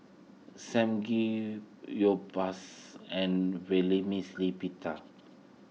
Samgeyopsal and Vermicelli Pita